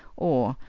or,